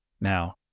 Now